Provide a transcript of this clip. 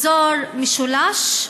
אזור המשולש,